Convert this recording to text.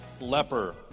leper